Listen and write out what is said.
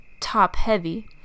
top-heavy